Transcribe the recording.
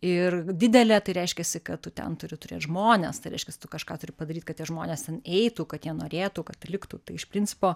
ir didelė tai reiškiasi kad tu ten turi turėt žmones tai reiškias tu kažką turi padaryt kad žmonės ten eitų kad jie norėtų kad liktų tai iš principo